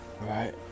Right